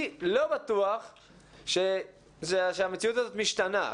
אני לא בטוח שהמציאות הזאת משתנה.